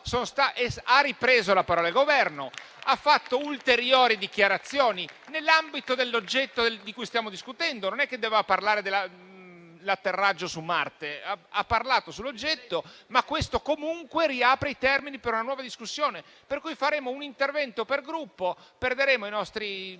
Ha ripreso la parola il Governo e ha reso ulteriori dichiarazioni nell'ambito dell'oggetto di cui stiamo discutendo; non ha parlato dell'atterraggio su Marte, ma ha parlato sull'oggetto. Questo, comunque, riapre i termini per una nuova discussione: faremo un intervento per Gruppo, perderemo più